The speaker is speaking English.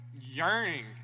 yearning